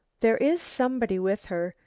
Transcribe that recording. there is somebody with her,